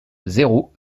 zéro